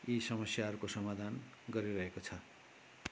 यी समस्याहरूको समाधान गरिरहेको छ